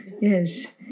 Yes